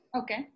Okay